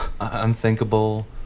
unthinkable